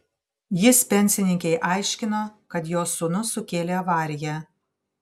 jis pensininkei aiškino kad jos sūnus sukėlė avariją